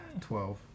twelve